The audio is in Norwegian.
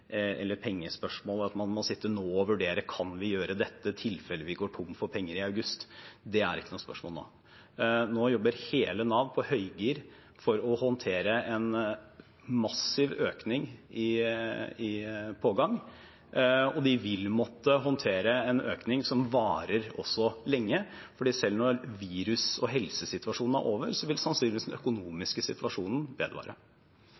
pengespørsmål, man må ikke nå sitte og vurdere: Kan vi gjøre dette? Vil vi gå tom for penger i august? Det er ikke noe spørsmål nå. Nå jobber hele Nav på høygir for å håndtere en massiv økning i pågangen. De vil måtte håndtere en økning som også varer lenge, for selv når virus- og helsesituasjonen er over, vil sannsynligvis den økonomiske situasjonen vedvare.